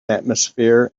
atmosphere